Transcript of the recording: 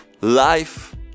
life